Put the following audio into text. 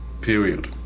period